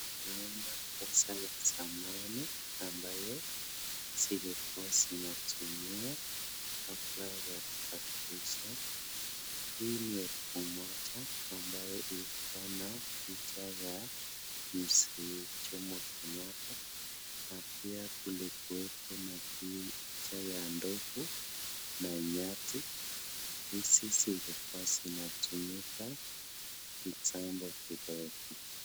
Naona pesa ya zamani, ambayo zilikua zinatumia kabla ya kubadilisha. Hii ni elfu moja, ambayo ilikua na picha ya Mzee Jomo Kenyatta na pia kulikuweko na picha ya ndovu na nyati. Hizi zilikua zinatumika kitambo kidogo.